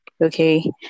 Okay